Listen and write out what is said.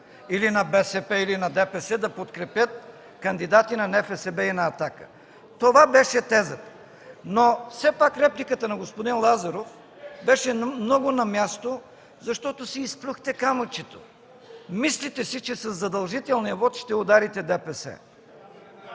или на БСП, или на ДПС да подкрепят кандидати на НФСБ и на „Атака“? Това беше тезата. Но все пак репликата на господин Лазаров беше много на място, защото си изплюхте камъчето. Мислите си, че със задължителния вот ще ударите ДПС.